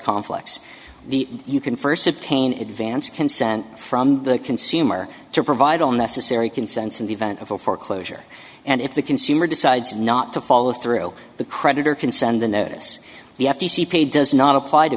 conflicts the you can first obtain advance consent from the consumer to provide all necessary consents in the event of a foreclosure and if the consumer decides not to follow through the creditor can send the notice the f t c pay does not apply to